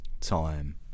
time